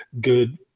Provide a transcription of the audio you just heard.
good